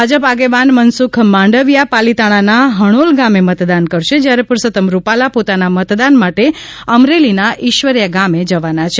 ભાજપ આગેવાન મનસુખ માંડવિયા પાલિતાણાના હણોલ ગામે મતદાન કરશે જ્યારે પરસોત્તમ રૂપાલા પોતાના મતદાન માટે અમરેલીના ઇશ્વરીયા ગામે જવાના છે